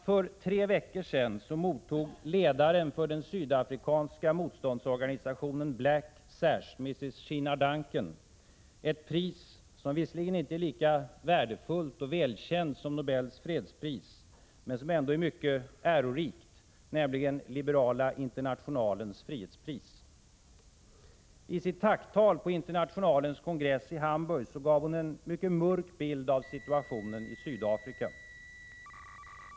För tre veckor sedan mottog ledaren för den sydafrikanska motståndsorganisationen Black Sash, Mrs Sheena Duncan, ett pris som visserligen inte är lika värdefullt och välkänt som Nobels fredspris men som ändå är mycket ärorikt, nämligen Liberala Internationalens frihetspris. I sitt tacktal på Internationalens kongress i Hamburg gav hon en mycket mörk bild av situationen i Sydafrika.